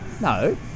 No